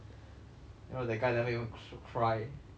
you know that guy never even cr~ cry watching more than blue